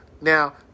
Now